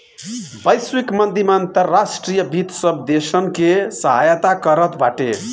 वैश्विक मंदी में अंतर्राष्ट्रीय वित्त सब देसन के सहायता करत बाटे